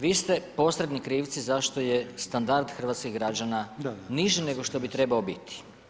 Vi ste posredni krivci zašto je standard hrvatskih građana niži nego što bi trebao biti.